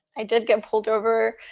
i did get pulled over.